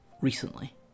recently